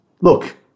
look